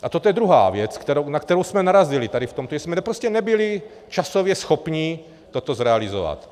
A to je druhá věc, na kterou jsme narazili tady v tom, že jsme prostě nebyli časově schopni toto zrealizovat.